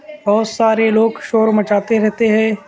بہت سارے لوگ شور مچاتے رہتے ہے